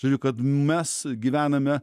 žodžiu kad mes gyvename